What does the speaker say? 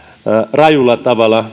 rajulla tavalla